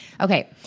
Okay